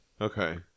Okay